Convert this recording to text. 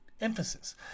emphasis